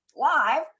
live